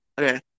Okay